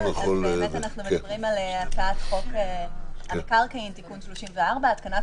אנחנו מדברים על הצעת חוק המקרקעין (תיקון 34) (התקנת